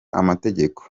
amategeko